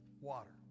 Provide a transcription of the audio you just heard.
water